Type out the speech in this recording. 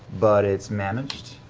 but it's managed,